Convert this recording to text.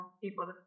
people